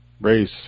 race